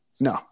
No